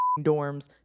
dorms